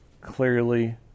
clearly